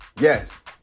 Yes